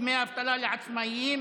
דמי אבטלה לעצמאים).